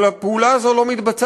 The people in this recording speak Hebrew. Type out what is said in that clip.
אבל הפעולה הזו לא מתבצעת,